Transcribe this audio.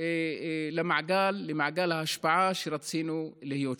למעגל ההשפעה שרצינו להיות בו,